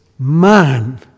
Man